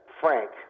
Frank